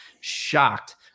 shocked